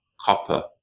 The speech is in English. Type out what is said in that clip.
copper